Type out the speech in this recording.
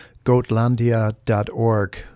Goatlandia.org